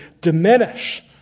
diminish